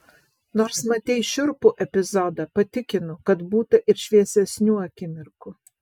nors matei šiurpų epizodą patikinu kad būta ir šviesesnių akimirkų